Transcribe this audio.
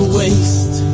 waste